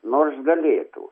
nors galėtų